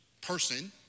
person